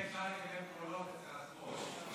כי עם זה אפשר לקבל קולות אצל השמאל.